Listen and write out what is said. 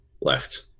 left